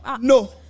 no